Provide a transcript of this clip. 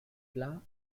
flour